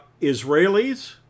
Israelis